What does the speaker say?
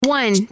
One